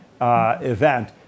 event